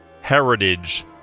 Heritage